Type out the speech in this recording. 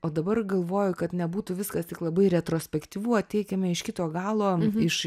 o dabar galvoju kad nebūtų viskas tik labai retrospektyvu ateikime iš kito galo iš